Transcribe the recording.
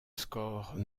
score